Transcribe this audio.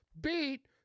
beat